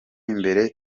imbere